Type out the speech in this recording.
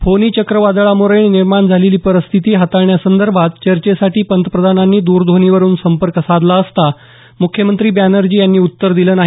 फोनी चक्रीवादळाम्ळे निर्माण झालेली परिस्थिती हाताळण्यासंदर्भात चर्चेसाठी पंतप्रधानांनी द्रध्वनीवरून संपर्क साधला असता मुख्यमंत्री बॅनर्जी यांनी उत्तर दिलं नाही